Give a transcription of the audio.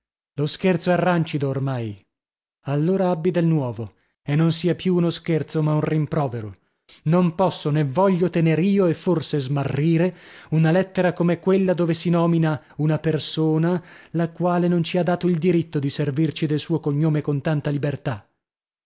lo scherzo è rancido oramai allora abbi del nuovo e non sia più uno scherzo ma un rimprovero non posso nè voglio tener io e forse smarrire una lettera come quella dove si nomina una persona la quale non ci ha dato il diritto di servirci del suo cognome con tanta libertà